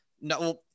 No